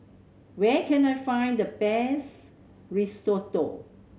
where can I find the best Risotto